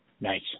Nice